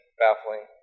baffling